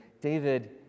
David